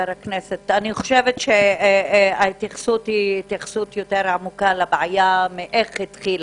אני חושבת שההתייחסות היא יותר עמוקה לבעיה מאיך התחילה.